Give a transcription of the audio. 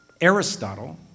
Aristotle